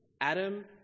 Adam